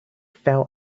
fell